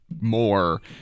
more